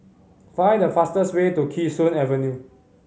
find the fastest way to Kee Sun Avenue